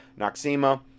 noxema